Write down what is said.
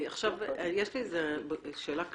יש לי שאלה כללית.